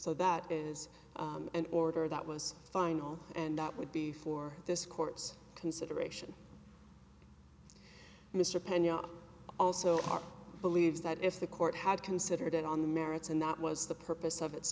so that is an order that was final and that would be for this court's consideration mr pena also believes that if the court had considered it on the merits and that was the purpose of it